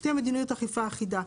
אנחנו רוצים שתהיה מדיניות אכיפה אחידה.